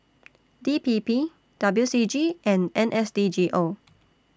D P P W C G and N S D G O